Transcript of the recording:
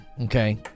Okay